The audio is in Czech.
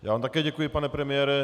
Já vám také děkuji, pane premiére.